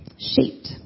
shaped